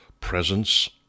presence